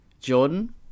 Jordan